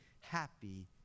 happy